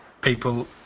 people